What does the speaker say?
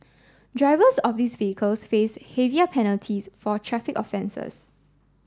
drivers of these vehicles face heavier penalties for traffic offences